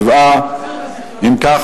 7. אם כך,